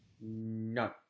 No